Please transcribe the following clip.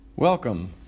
Welcome